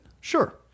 Sure